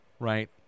Right